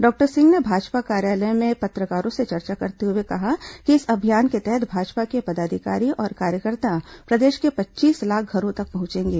doctor Singh ने भाजपा कार्यालय में पत्रकारों से चर्चा करते हुए कहा कि इस अभियान के तहत भाजपा के पदाधिकारी और कार्यकर्ता प्रदेश के पच्चीस लाख घरों तक पहुंचेंगे